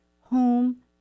home